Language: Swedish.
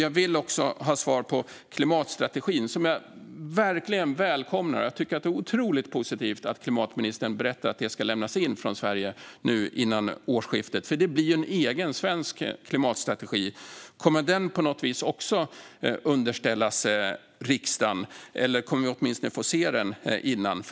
Jag vill också ha svar när det gäller klimatstrategin - som jag verkligen välkomnar! Jag tycker att det är otroligt positivt att klimatministern berättar att den ska lämnas in från Sverige före årsskiftet, för det blir en egen, svensk klimatstrategi. Kommer den på något vis också att underställas riksdagen, eller kommer vi åtminstone att få se den innan?